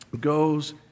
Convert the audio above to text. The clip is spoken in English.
goes